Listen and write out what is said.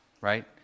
right